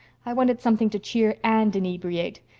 i wanted something to cheer and inebriate.